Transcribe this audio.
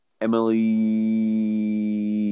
Emily